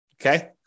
okay